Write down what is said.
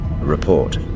Report